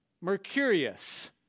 Mercurius